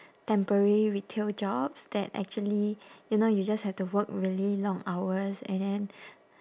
temporary retail jobs that actually you know you just have to work really long hours and then